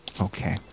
Okay